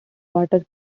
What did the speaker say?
waters